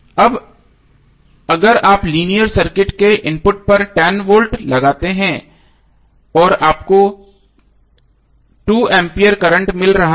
अब अगर आप लीनियर सर्किट के इनपुट पर 10 वोल्ट लगाते हैं और आपको 2 एम्पीयर करंट मिल रहा है